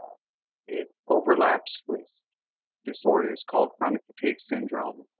it overlaps with disorders called chronic fatigue syndrome,